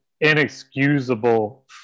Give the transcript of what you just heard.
inexcusable